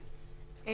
או ג'.